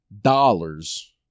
dollars